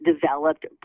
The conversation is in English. developed